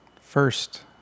First